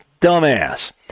dumbass